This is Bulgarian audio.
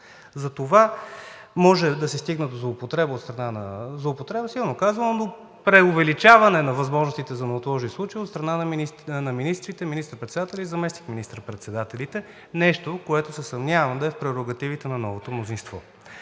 Затова може да се стигне до злоупотреба – злоупотреба силно казано, но преувеличаване на възможностите за неотложни случаи от страна на министрите, министър-председателя и заместник министър-председателите – нещо, което се съмнявам да е в прерогативите на новото мнозинство.